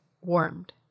warmed